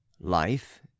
life